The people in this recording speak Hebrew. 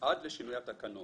עד לשינוי התקנות.